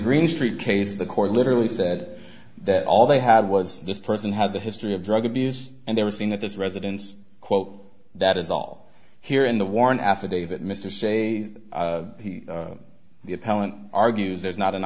green street case the court literally said that all they had was this person has a history of drug abuse and they were seen at this residence quote that is all here in the warrant affidavit mr say the appellant argues there's not an